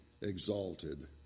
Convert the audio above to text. exalted